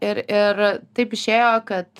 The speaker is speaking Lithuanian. ir ir taip išėjo kad